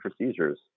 procedures